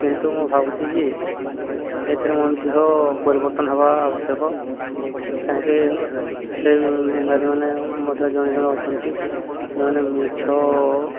କିନ୍ତୁ ମୁଁ ଭାବୁଛି ଯେ ଏଥିରେ ମଧ୍ୟ ପରିବର୍ତ୍ତନ ହେବା ଆବଶ୍ୟକ କାହିଁକି ସେ ନାରୀମାନେ ମଧ୍ୟ ଜଣେ ଜଣେ ଅଛନ୍ତି ଯେଉଁମାନେ ମିଛ